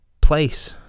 place